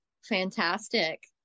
fantastic